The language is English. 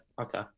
okay